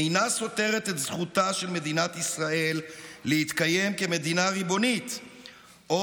אינה סותרת את זכותה של מדינת ישראל להתקיים כמדינה ריבונית או